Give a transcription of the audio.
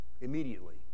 immediately